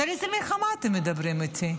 אז על איזו מלחמה אתם מדברים איתי?